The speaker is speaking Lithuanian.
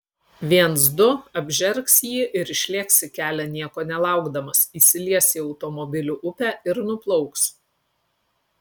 viens du apžergs jį ir išlėks į kelią nieko nelaukdamas įsilies į automobilių upę ir nuplauks